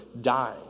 dying